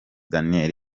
daniel